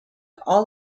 all